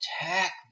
attack